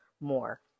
more